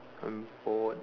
I'm bored